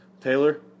taylor